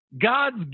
God's